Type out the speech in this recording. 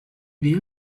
dia